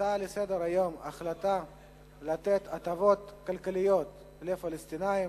ההחלטה לתת הטבות כלכליות לפלסטינים,